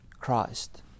Christ